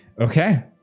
Okay